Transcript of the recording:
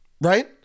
right